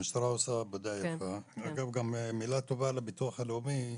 המשטרה עושה עבודה יפה וצריך להגיד גם מילה טובה לביטוח הלאומי,